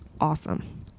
Awesome